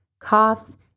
coughs